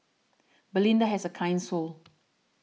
Belinda has a kind soul